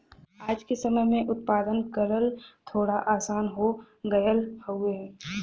आज के समय में उत्पादन करल थोड़ा आसान हो गयल हउवे